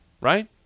right